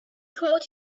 called